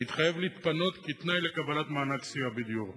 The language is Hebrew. להתחייב להתפנות כתנאי לקבלת מענקי סיוע בדיור.